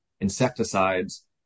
insecticides